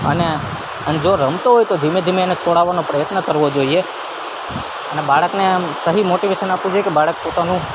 અને અન જો રમતો હોય તો ધીમે ધીમે એને છોળાવાનો પ્રયત્ન કરવો જોઈએ અને બાળકને સહી મોટિવેશન આપવું જોઈએ કે બાળક પોતાનું